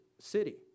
city